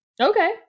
Okay